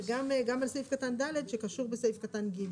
על סעיף קטן ד' שקשור בסעיף קטן ג',